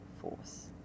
force